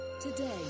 today